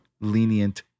lenient